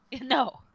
No